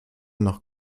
noch